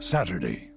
Saturday